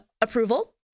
approval